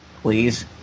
please